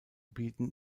bieten